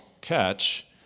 catch